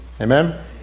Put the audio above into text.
Amen